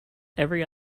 every